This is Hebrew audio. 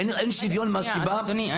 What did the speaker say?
אנחנו